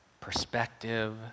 perspective